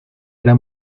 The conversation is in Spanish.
era